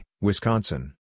Wisconsin